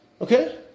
Okay